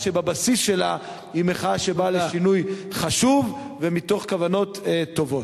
שבבסיס שלה היא מחאה שבאה לעשות שינוי חשוב ומתוך כוונות טובות.